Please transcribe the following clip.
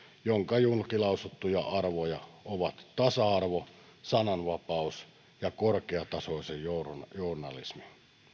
jonka julkilausuttuja arvoja ovat tasa arvo sananvapaus ja korkeatasoinen journalismi